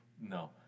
No